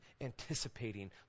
anticipating